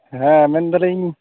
ᱦᱮᱸ ᱢᱮᱱ ᱫᱟ ᱞᱤᱧ